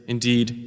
Indeed